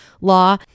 law